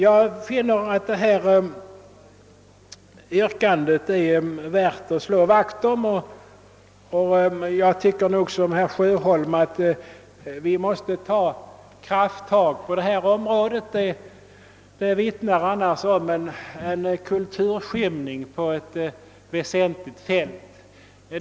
Jag finner att vårt yrkande är värt att slå vakt om, och jag tycker liksom herr Sjöholm att vi måste ta krafttag på detta område. Om man inte gör det, vittnar det om en kulturskymning på ett väsentligt fält.